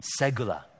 Segula